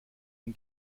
den